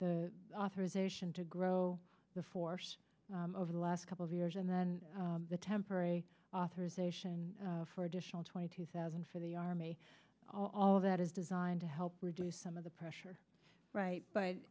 the authorization to grow the over the last couple of years and then the temporary authorization for additional twenty two thousand for the army all of that is designed to help reduce some of the pressure right but